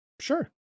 Sure